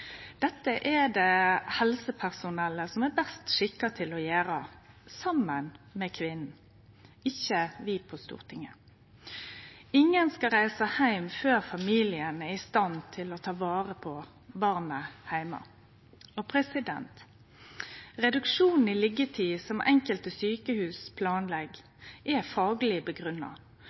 Dette er det helsepersonell som er best skikka til å gjere, saman med kvinna, og ikkje vi på Stortinget. Ingen skal reise heim før familien er i stand til å ta vare på barnet heime. Reduksjonen i liggjetid som enkelte sjukehus planlegg, er fagleg